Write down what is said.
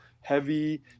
heavy